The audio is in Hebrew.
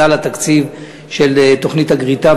אזל התקציב של תוכנית הגריטה.